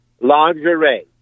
Lingerie